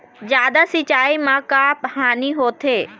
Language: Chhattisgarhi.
जादा सिचाई म का हानी होथे?